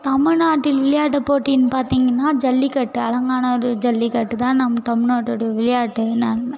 தமிழ் நாட்டில் விளையாட்டு போட்டின்னு பார்த்திங்கனா ஜல்லிக்கட்டு அலங்காநல்லூர் ஜல்லிக்கட்டு தான் நம் தமிழ் நாட்டோடய விளையாட்டு நான்